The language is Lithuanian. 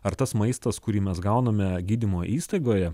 ar tas maistas kurį mes gauname gydymo įstaigoje